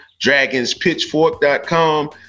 dragonspitchfork.com